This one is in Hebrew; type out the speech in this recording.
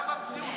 קיים במציאות,